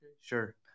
Sure